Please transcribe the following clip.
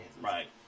Right